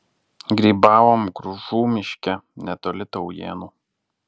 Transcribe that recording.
grybavom gružų miške netoli taujėnų